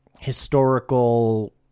historical